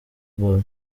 ball